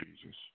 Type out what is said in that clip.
Jesus